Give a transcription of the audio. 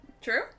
True